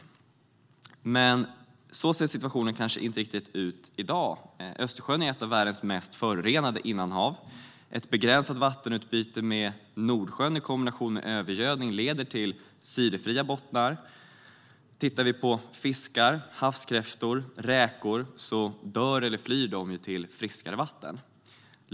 Men så ser situationen kanske inte riktigt ut i dag. Östersjön är ett av världens mest förorenade innanhav. Ett begränsat vattenutbyte med Nordsjön i kombination med övergödning leder till syrefria bottnar. Fiskar, havskräftor och räkor dör eller flyr till friskare vatten.